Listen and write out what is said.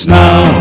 now